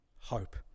hope